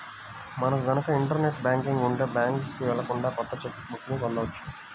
మనకు గనక internet banking ఉంటే బ్యాంకుకి వెళ్ళకుండానే కొత్త చెక్ బుక్ ని పొందవచ్చు